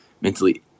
mentally